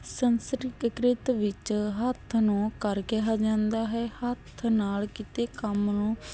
ਸੰਸਕ੍ਰਿਤ ਵਿੱਚ ਹੱਥ ਨੂੰ ਕਰ ਕਿਹਾ ਜਾਂਦਾ ਹੈ ਹੱਥ ਨਾਲ ਕਿਤੇ ਕੰਮ ਨੂੰ